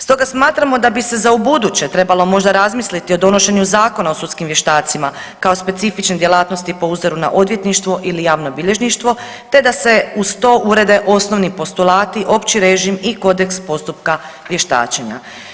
Stoga smatramo da bi se za ubuduće trebalo možda razmisliti o donošenju zakona o sudskim vještacima kao specifičnoj djelatnosti po uzoru na odvjetništvo ili javno bilježništvo te da se uz to urede osnovni postulati, opći režim i kodeks postupka vještačenja.